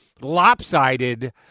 lopsided